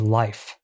life